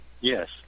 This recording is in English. Yes